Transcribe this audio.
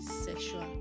sexual